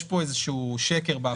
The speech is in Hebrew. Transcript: יש פה איזשהו שקר באחוזים האלה.